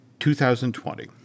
2020